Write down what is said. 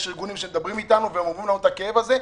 יש ארגונים שמדברים אתנו ואומרים לנו את הכאב הזה,